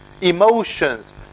emotions